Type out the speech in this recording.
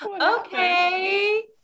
okay